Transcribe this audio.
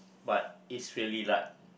but it's really like